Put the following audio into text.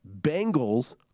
Bengals